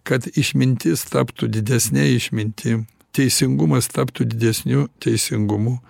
kad išmintis taptų didesne išmintim teisingumas taptų didesniu teisingumu